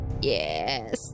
Yes